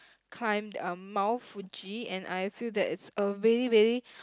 climbed um Mount-Fuji and I feel that it's a really really